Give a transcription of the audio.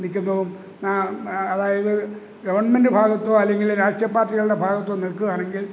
നിൽക്കുന്നതും അതായത് ഗവൺമെൻറിൻറെ ഭാഗത്തോ അല്ലെങ്കിൽ രാഷ്ട്രീയ പാർട്ടികളുടെ ഭാഗത്തോ നിൽക്കുവാണെങ്കിൽ